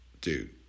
dude